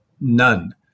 none